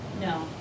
no